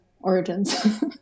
Origins